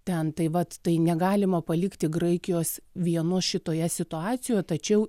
ten tai vat tai negalima palikti graikijos vienos šitoje situacijoje tačiau